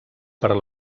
per